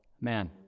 man